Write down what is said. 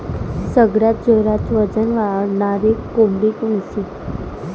सगळ्यात जोरात वजन वाढणारी कोंबडी कोनची?